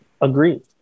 Agreed